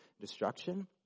destruction